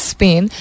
Spain